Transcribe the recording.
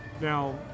Now